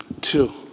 Two